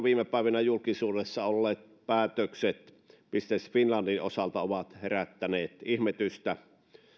viime päivinä julkisuudessa olleet päätökset business finlandin osalta ovat herättäneet ihmetystä